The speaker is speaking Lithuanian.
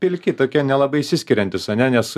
pilki tokie nelabai išsiskiriantys ane nes